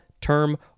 term